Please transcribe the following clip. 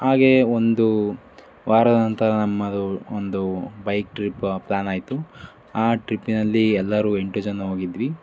ಹಾಗೇ ಒಂದು ವಾರದ ನಂತರ ನಮ್ಮದು ಒಂದು ಬೈಕ್ ಟ್ರಿಪ್ ಪ್ಲಾನ್ ಆಯಿತು ಆ ಟ್ರಿಪ್ಪಿನಲ್ಲಿ ಎಲ್ಲರೂ ಎಂಟು ಜನ ಹೋಗಿದ್ವಿ